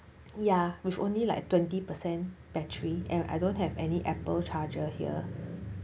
ya with only like twenty percent battery and I don't have an apple charger here